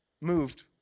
moved